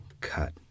Cut